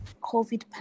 COVID